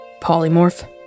Polymorph